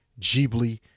Ghibli